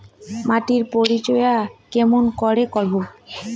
মাটির পরিচর্যা কেমন করে করব?